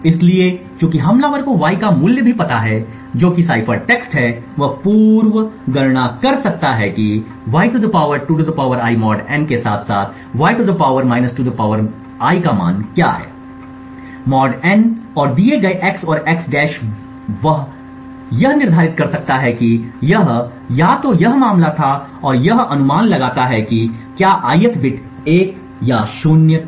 इसलिए चूंकि हमलावर को y का मूल्य भी पता है जो कि साइफर टेक्स्ट है वह पूर्व गणना कर सकता है कि y 2 I mod n के साथ साथ y 2 I का मान क्या है mod n और दिए गए x और x वह यह निर्धारित कर सकता है कि यह या तो यह मामला था और यह अनुमान लगाता है कि क्या ith बिट 1 या 0 था